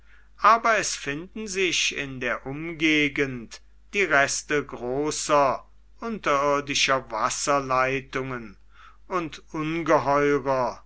aber es finden sich in der umgegend die reste großer unterirdischer wasserleitungen und ungeheurer